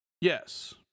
Yes